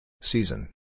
Season